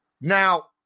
Now